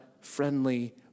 friendly